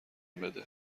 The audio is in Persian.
بده